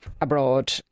abroad